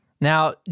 now